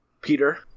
Peter